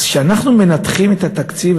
אז כשאנחנו מנתחים את התקציב,